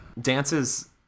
Dances